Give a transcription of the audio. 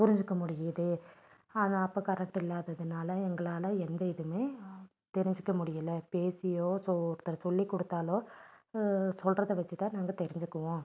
புரிஞ்சுக்க முடியுது ஆனால் அப்போ கரண்ட் இல்லாததுனால் எங்களால் எந்த இதுவுமே தெரிஞ்சுக்க முடியலை பேசியோ சொ ஒருத்தர் சொல்லி கொடுத்தாலோ சொல்கிறத வைச்சு தான் நாங்கள் தெரிஞ்சுக்குவோம்